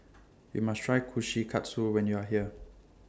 YOU must Try Kushikatsu when YOU Are here